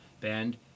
band